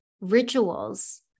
rituals